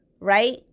right